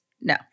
no